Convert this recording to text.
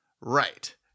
Right